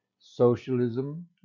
socialism